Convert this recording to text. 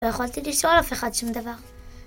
לא יכולתי לשאול אף אחד שום דבר